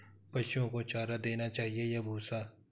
पशुओं को चारा देना चाहिए या भूसा?